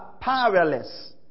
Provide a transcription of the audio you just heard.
powerless